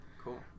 cool